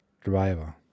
driver